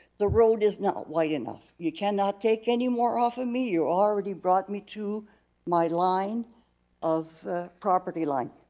the road is not wide enough. you cannot take any more off of me, you already brought me to my line of property line.